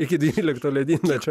iki dvylikto ledynmečio